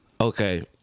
Okay